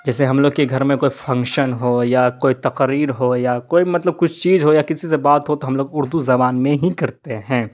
جیسے ہم لوگ کے گھر میں کوئی فنکشن ہو یا کوئی تقریر ہو یا کوئی مطلب کچھ چیز ہو یا کسی سے بات ہو تو ہم لوگ اردو زبان میں ہی کرتے ہیں